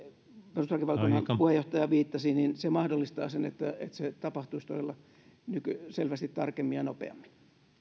perustuslakivaliokunnan puheenjohtaja viittasi mahdollistaa sen että se tapahtuisi todella selvästi tarkemmin ja nopeammin